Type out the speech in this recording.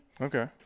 Okay